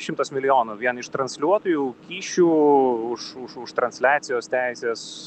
šimtus milijonų vien iš transliuotojų kyšių už už už transliacijos teises